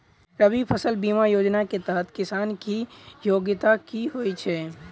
रबी फसल बीमा योजना केँ तहत किसान की योग्यता की होइ छै?